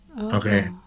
Okay